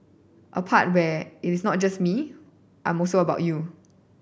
a part where it is not just me I'm also about you